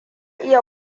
iya